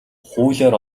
хуулиар